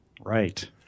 right